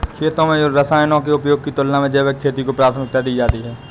खेती में रसायनों के उपयोग की तुलना में जैविक खेती को प्राथमिकता दी जाती है